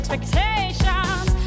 Expectations